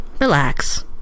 relax